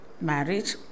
marriage